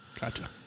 Gotcha